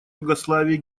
югославии